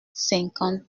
cinquante